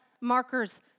markers